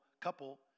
couple